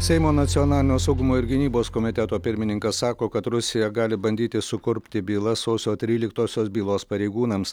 seimo nacionalinio saugumo ir gynybos komiteto pirmininkas sako kad rusija gali bandyti sukurpti bylą sausio tryliktosios bylos pareigūnams